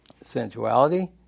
Sensuality